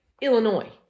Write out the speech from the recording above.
Illinois